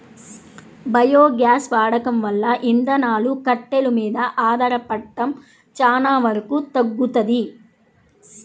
biogas వాడకం వల్ల ఇంధనాలు, కట్టెలు మీద ఆధారపడటం చానా వరకు తగ్గుతది